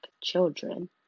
children